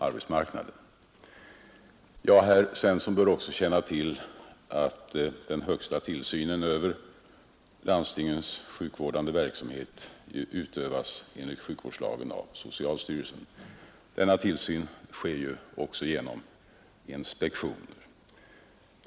Herr Svensson bör också känna till att den högsta tillsynen över landstingens sjukvårdande verksamhet enligt sjukvårdslagen utövas av socialstyrelsen. Denna tillsyn sker även genom inspektioner.